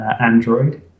Android